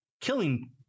killing